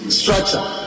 structure